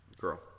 Girl